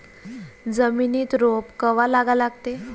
जमिनीत रोप कवा लागा लागते?